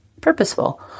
purposeful